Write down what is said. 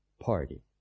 party